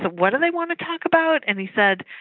but what do they want to talk about? and he said,